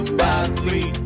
badly